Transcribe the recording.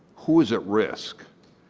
who is at risk?